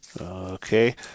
Okay